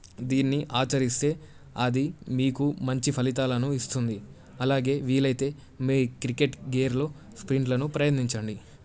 దీన్ని ఆచరిస్తే అది మీకు మంచి ఫలితాలను ఇస్తుంది అలాగే వీలైతే మీ క్రికెట్ గేర్లో స్పిన్లను ప్రయత్నించండి